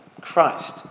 Christ